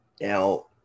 Now